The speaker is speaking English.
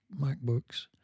MacBooks